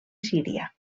síria